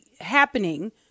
happening